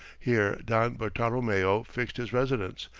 here don bartolomeo fixed his residence,